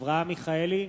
אברהם מיכאלי,